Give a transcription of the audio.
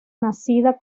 nacida